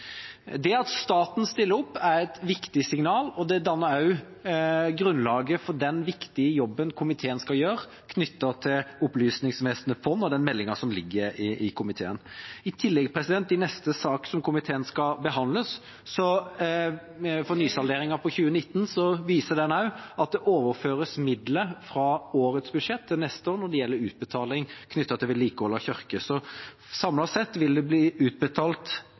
Det at staten stiller opp, er et viktig signal, og det danner også grunnlaget for den viktige jobben komiteen skal gjøre knyttet til Opplysningsvesenets fond og den meldinga som ligger i komiteen. I tillegg: Neste sak som komiteen skal behandle, nysalderingen for 2019, viser også at det overføres midler fra årets budsjett til neste år når det gjelder utbetaling knyttet til vedlikehold av kirker. Samlet sett vil det neste år bli utbetalt